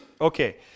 Okay